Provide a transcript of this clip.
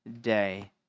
day